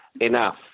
enough